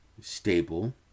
stable